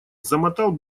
замотал